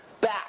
back